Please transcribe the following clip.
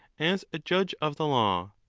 as a judge of the law.